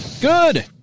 Good